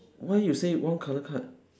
why you say one colour card